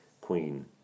queen